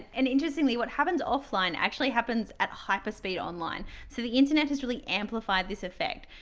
and interestingly, what happens offline actually happens at hyperspeed online. so the internet has really amplified this effect.